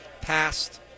passed